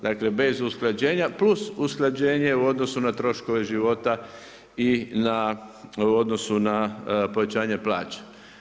Dakle, bez usklađenja plus usklađenje u odnosu na troškove života i u odnosu na povećanje plaće.